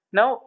Now